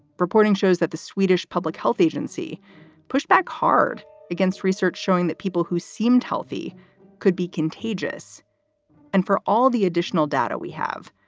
reporting shows that the swedish public health agency pushed back hard against research showing that people who seemed healthy could be contagious and for all the additional data we have,